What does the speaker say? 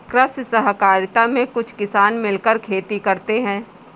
कृषि सहकारिता में कुछ किसान मिलकर खेती करते हैं